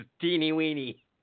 Teeny-weeny